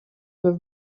were